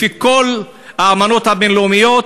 לפי כל האמנות הבין-לאומיות,